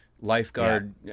lifeguard